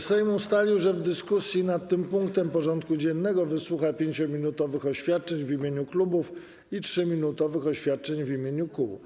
Sejm ustalił, że w dyskusji nad tym punktem porządku dziennego wysłucha 5-minutowych oświadczeń w imieniu klubów i 3-minutowych oświadczeń w imieniu kół.